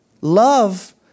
Love